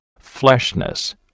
Fleshness